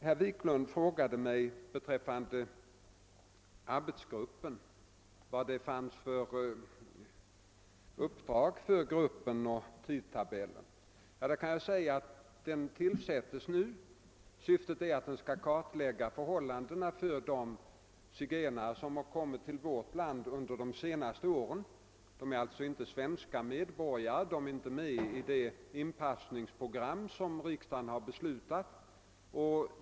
Herr Wiklund frågade mig vilket uppdrag arbetsgruppen hade fått och vilken tidtabell som gällde för den. Jag kan svara att den tillsättes nu och att syftet är att den skall kartlägga förhållandena för de zigenare som har kommit till vårt land under de senaste åren. De är alltså inte svenska medborgare och ingår inte i det inpassningsprogram som riksdagen tidigare har beslutat om.